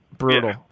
Brutal